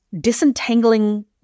disentangling